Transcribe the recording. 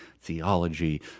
theology